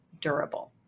durable